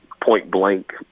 point-blank